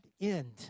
end